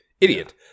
idiot